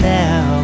now